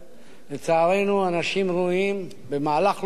לצערנו, אנשים ראויים, במהלך לא ראוי,